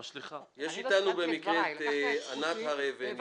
יש אתנו במקרה את ענת הר-אבן,